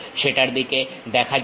সেটার দিকে দেখা যাক